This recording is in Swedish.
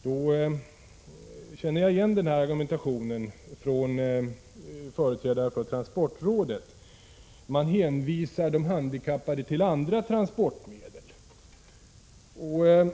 Jag känner igen argumentationen från företrädare för transportrådet. Man hänvisar de handikappade till andra transportmedel.